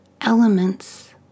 elements